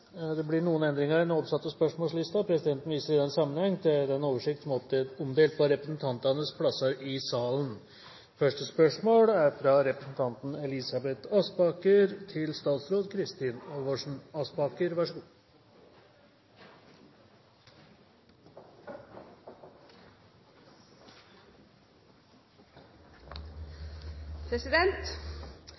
Det blir noen endringer i den oppsatte spørsmålslisten. Presidenten viser i den sammenheng til den oversikt som er omdelt på representantenes plasser i salen. De foreslåtte endringer foreslås godkjent. – Det anses vedtatt. Endringene var som følger: Spørsmål 5, fra representanten Henning Warloe til